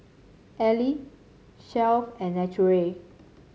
Elle Shelf and Naturel